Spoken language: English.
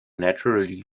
naturally